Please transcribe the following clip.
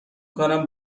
کنم